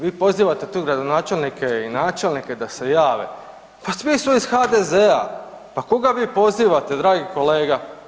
Vi pozivate tu gradonačelnike i načelnike da se jave, pa svi su iz HDZ-a, pa koga vi pozivate dragi kolega?